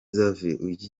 xavier